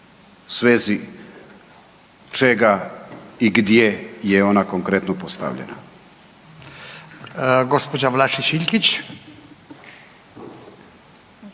svezi čega i gdje je ona konkretno postavljena.